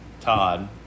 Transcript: Todd